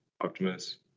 Optimus